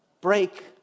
break